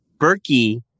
Berkey